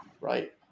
right